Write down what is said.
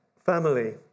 family